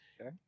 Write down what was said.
Okay